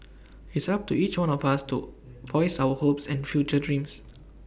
it's up to each one of us to voice our hopes and future dreams